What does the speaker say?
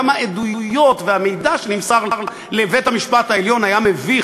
גם העדויות והמידע שנמסרו לבית-המשפט העליון היו מביכים,